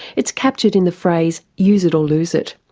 it's captured in the phrase use it or lose it.